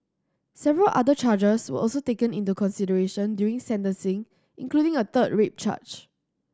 several other charges were also taken into consideration during sentencing including a third rape charge